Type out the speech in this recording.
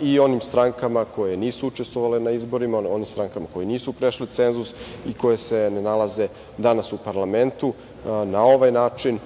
i onim strankama koje nisu učestvovale na izborima, onim strankama koje nisu prešle cenzus i koje se ne nalaze danas u parlamentu. Na ovaj način